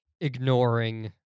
ignoring